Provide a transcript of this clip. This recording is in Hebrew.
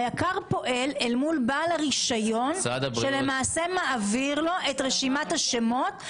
היק"ר פועל אל מול בעל הרישיון שמעביר לו את רשימת השמות,